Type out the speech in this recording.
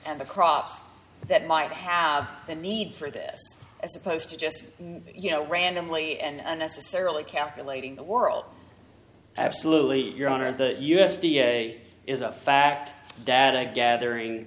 of the crops that might have a need for this as opposed to just you know randomly and necessarily calculating the world absolutely your honor the u s d a is a fact data gathering